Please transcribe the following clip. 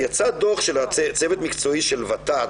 יצא דוח של צוות מקצועי של ות"ת,